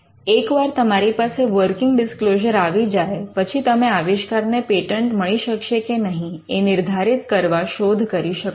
એકવાર તમારી પાસે વર્કિંગ ડિસ્ક્લોઝર આવી જાય પછી તમે આવિષ્કાર ને પેટન્ટ મળી શકશે કે નહીં એ નિર્ધારિત કરવા શોધ કરી શકો